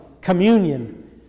communion